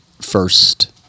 first